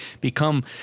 Become